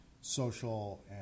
social